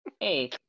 Hey